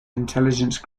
intelligence